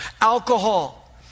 alcohol